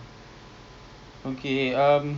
gini lah I sekarang